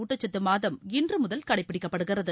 ஊட்டச்சத்து மாதம் இன்று முதல் கடைப்பிடிக்கப்படுகிறது